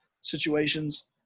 situations